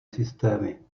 systémy